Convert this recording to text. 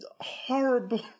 horrible